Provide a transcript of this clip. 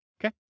Okay